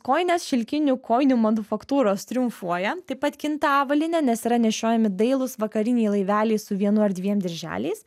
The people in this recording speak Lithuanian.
kojines šilkinių kojinių manufaktūros triumfuoja taip pat kinta avalynė nes yra nešiojami dailūs vakariniai laiveliai su vienu ar dviem dirželiais